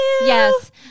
yes